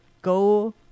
Go